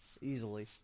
easily